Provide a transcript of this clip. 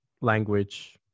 language